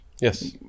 Yes